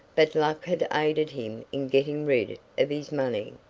but luck had aided him in getting rid of his money.